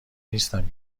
نیستم